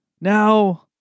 Now